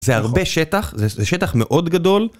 זה הרבה שטח, זה שטח מאוד גדול.